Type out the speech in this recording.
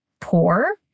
poor